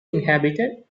inhabited